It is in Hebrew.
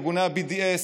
ארגוני ה-BDS,